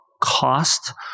cost